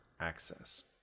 access